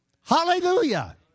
Hallelujah